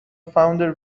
founder